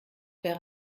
wäre